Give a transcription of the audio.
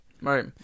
Right